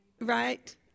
Right